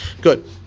good